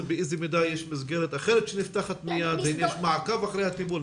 באיזה מידה יש מסגרת אחרת שנפתחת מיד ואם יש מעקב אחרי הטיפול.